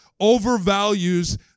overvalues